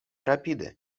rapide